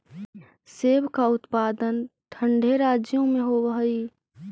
सेब का उत्पादन ठंडे राज्यों में होव हई